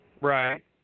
Right